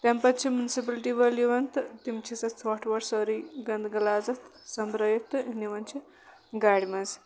تَمہِ پَتہٕ چھِ مُنسپلٹی وٲلۍ یِون تہٕ تِم چھِ سُہ ژھوٚٹھ ووٚٹھ سٲرٕے گنٛدٕ غلازت سومبرٲیِتھ تہٕ نِوان چھِ گاڑِ منٛز